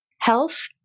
health